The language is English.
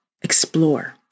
explore